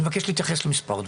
אני מבקש להתייחס למספר דברים.